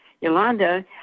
Yolanda